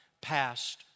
past